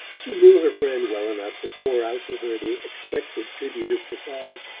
she knew her friend well enough to pour out to her the expected tribute of surprise.